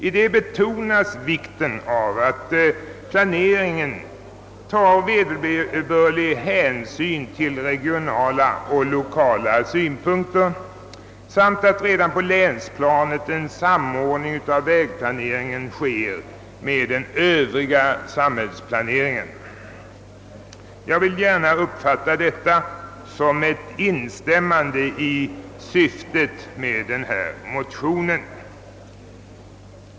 Häri betonas vikten av att planeringen tar vederbörlig hänsyn till regionala och lokala synpunkter samt att redan på länsplanet en samordning åstadkommes mellan vägplaneringen och den övriga samhällsplaneringen. Jag vill gärna uppfatta detta såsom ett instämmande i syftet med motionen.